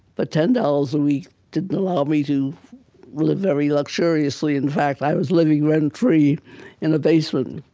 but ten dollars a week didn't allow me to live very luxuriously. in fact, i was living rent-free in a basement. and